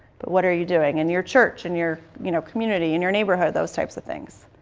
but what are you doing in your church, in your you know community, in your neighborhood, those types of things?